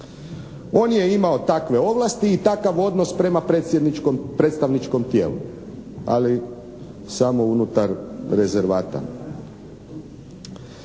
On je imao takve ovlasti i takav odnos prema predstavničkom tijelu, ali samo unutar rezervata.